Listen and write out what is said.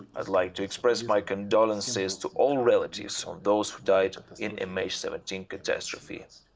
i'd like to express my condolences to all relatives of those who died in mh seventeen catastrophe.